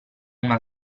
una